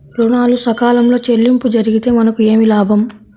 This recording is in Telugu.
ఋణాలు సకాలంలో చెల్లింపు జరిగితే మనకు ఏమి లాభం?